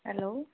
hello